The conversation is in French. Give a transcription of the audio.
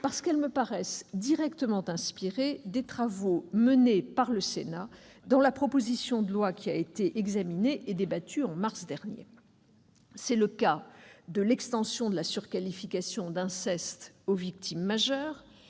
elles qui me paraissent directement inspirées des travaux menés par le Sénat dans la proposition de loi qui a été examinée et débattue au mois de mars dernier. Il en est ainsi de l'extension de la surqualification d'inceste aux victimes majeures,